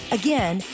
again